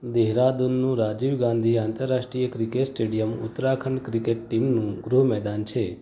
દેહરાદૂનનું રાજીવ ગાંધી આંતરરાષ્ટ્રીય cricket stadium Uttarakhand cricket ટીમનું ગૃહ મેદાન છે